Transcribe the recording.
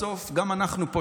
בסוף גם אנחנו פה,